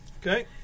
Okay